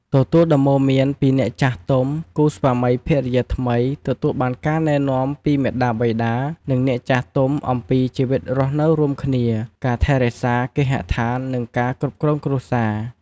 ទទួលដំបូន្មានពីអ្នកចាស់ទុំ គូស្វាមីភរិយាថ្មីទទួលបានការណែនាំពីមាតាបិតា និងអ្នកចាស់ទុំអំពីជីវិតរស់នៅរួមគ្នា ការថែរក្សាគេហដ្ឋាន និងការ គ្រប់គ្រងគ្រួសារ។